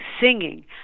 singing